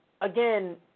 again